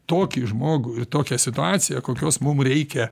tokį žmogų ir tokią situaciją kokios mum reikia